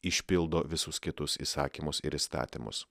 išpildo visus kitus įsakymus ir įstatymus